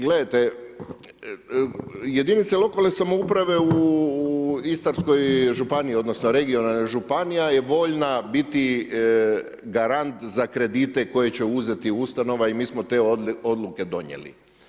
Gledajte, jedinice lokalne samouprave u Istarskoj županiji, odnosno regionalna županija je voljna biti garant za kredite koje će uzeti ustanova i mi smo te odluke donijeli.